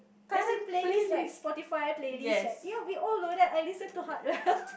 as in playlist like Spotify playlist right ya we all load that I listen hard rail